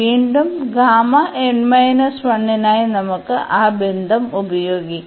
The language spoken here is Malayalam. വീണ്ടും നായി നമുക്ക് ആ ബന്ധം ഉപയോഗിക്കാം